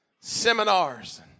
seminars